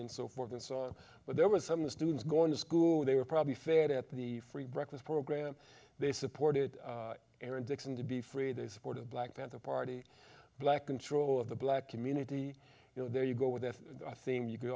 and so forth and so on but there was some students going to school they were probably fed at the free breakfast program they supported aaron dixon to be free they supported black panther party black control of the black community you know there you go with that theme you could